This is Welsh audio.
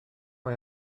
mae